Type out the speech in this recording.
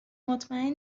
مطمئن